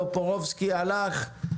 טופורובסקי הלך.